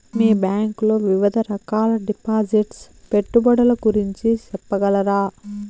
మీ bank లో వివిధ రకాల డిపాసిట్స్, పెట్టుబడుల గురించి సెప్పగలరా?